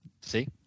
See